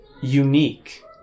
unique